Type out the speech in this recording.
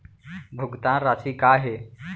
भुगतान राशि का हे?